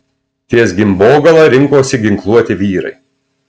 ties gimbogala rinkosi ginkluoti vyrai